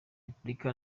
repubulika